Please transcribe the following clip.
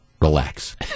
Relax